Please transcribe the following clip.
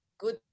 good